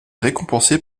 récompensé